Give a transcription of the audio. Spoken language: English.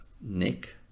Nick